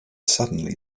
suddenly